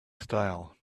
style